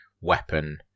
weapon